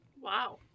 Wow